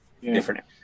different